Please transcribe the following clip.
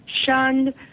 shunned